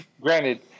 granted